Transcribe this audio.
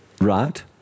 right